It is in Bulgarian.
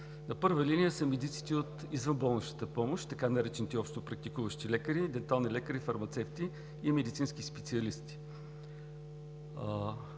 На първа линия са медиците от извънболничната помощ – така наречените общопрактикуващи лекари, дентални лекари, фармацевти и медицински специалисти.